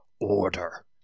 order